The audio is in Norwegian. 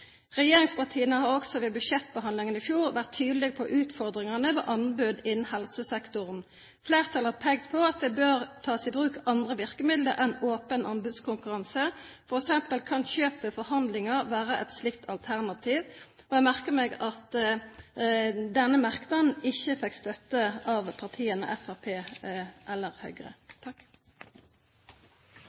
Regjeringspartiene har også ved budsjettbehandlingen i fjor vært tydelige på utfordringene ved anbud innen helsesektoren. Flertallet har pekt på at det bør tas i bruk andre virkemidler enn åpen anbudskonkurranse, f.eks. kan kjøp ved forhandlinger være et slikt alternativ. Jeg merker meg at denne merknaden ikke fikk støtte av partiene Fremskrittspartiet og Høyre.